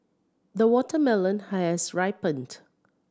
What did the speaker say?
the watermelon has ripened